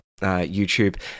YouTube